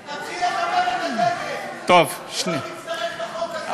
תתחיל לכבד את הדגל, ולא נצטרך את החוק הזה.